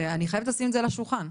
ואני חייבת לשים את זה על השולחן.